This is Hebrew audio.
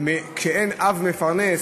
וכשאין אב מפרנס,